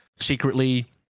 secretly